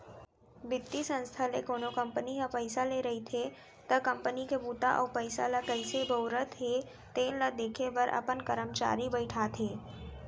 बित्तीय संस्था ले कोनो कंपनी ह पइसा ले रहिथे त कंपनी के बूता अउ पइसा ल कइसे बउरत हे तेन ल देखे बर अपन करमचारी बइठाथे